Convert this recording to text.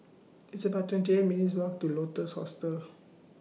It's about twenty eight minutes' Walk to Lotus Hostel